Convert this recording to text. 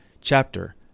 chapter